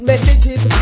Messages